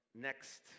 next